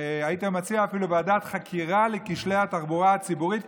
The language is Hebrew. הייתי מציע אפילו ועדת חקירה לכשלי התחבורה הציבורית,